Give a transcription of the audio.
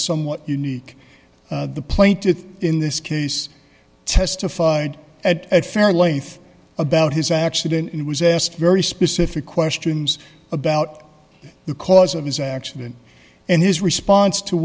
somewhat unique the plaintiff in this case testified at a fair length about his accident and was asked very specific questions about the cause of his accident and his response to